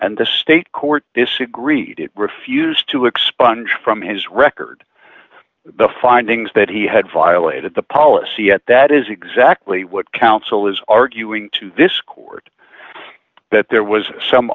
and the state court disagreed it refused to expunge from his record the findings that he had violated the policy at that is exactly what counsel is arguing to this court that there was some